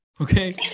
Okay